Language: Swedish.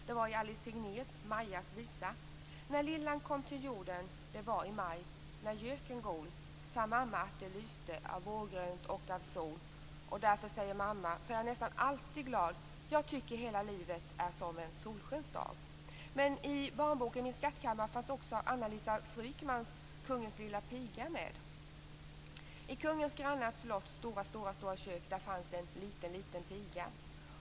Det var i Alice Tegnérs Majas visa: När lillan kom till jorden, det var i maj när göken gol, sa mamma att det lyste av vårgrönt och av sol. Och därför säger mamma så är jag nästan alltid glad: jag tycker hela livet är som en solskensdag. Men i barnboken Min skattkammare fanns också I Kungens granna slotts stora, stora kök där fanns en liten, liten piga.